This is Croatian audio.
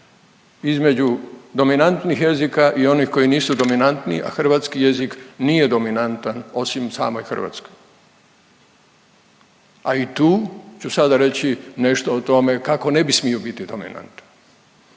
između dominantnih jezika i onih koji nisu dominantni, a hrvatski jezik nije dominantan osim samoj Hrvatskoj. A i tu ću sada reći nešto o tome kako ne bi smio biti dominantan.